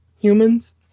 humans